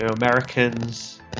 Americans